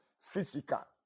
physical